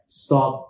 stop